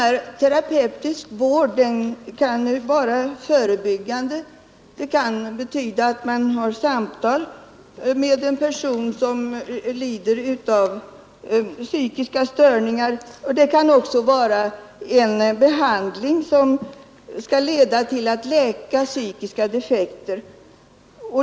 Psykoterapeutisk vård kan bl.a. betyda samtal med personer som lider av psykiska störningar och kan antingen vara av förebyggande slag eller syfta till att läka psykiska defekter.